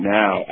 now